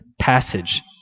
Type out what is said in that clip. passage